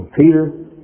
Peter